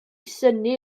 synnu